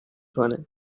کنه